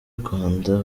rwanda